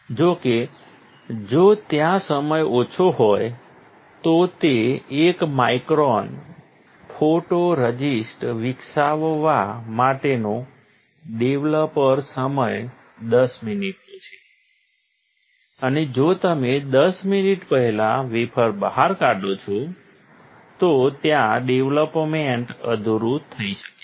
જો કે જો ત્યાં સમય ઓછો હોય તો તે 1 માઇક્રોન ફોટોરઝિસ્ટ વિકસાવવા માટેનો ડેવલપર સમય 10 મિનિટનો છે અને જો તમે 10 મિનિટ પહેલાં વેફર બહાર કાઢો છો તો ત્યાં ડેવલોપમેંટ અધૂરુ થઈ શકે છે